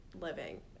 living